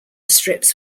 strips